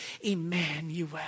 Emmanuel